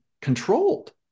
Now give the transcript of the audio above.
controlled